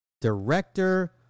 Director